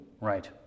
Right